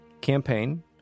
campaign